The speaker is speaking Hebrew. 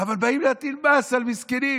אבל באים להטיל מס על מסכנים